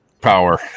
power